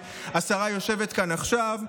השרה יושבת כאן עכשיו,